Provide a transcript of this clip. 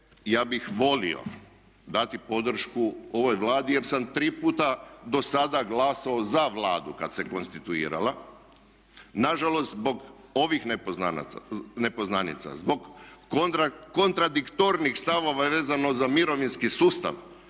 ja bih volio dati podršku ovoj Vladi jer sam tri puta do sada glasovao za Vladu kada se konstituirala, nažalost zbog ovih nepoznanica, zbog kontradiktornih stavova vezano za mirovinski sustav,